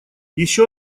еще